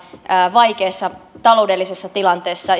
vaikeassa taloudellisessa tilanteessa